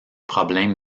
problèmes